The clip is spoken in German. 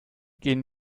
gehen